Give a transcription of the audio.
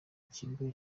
kigo